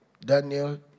Daniel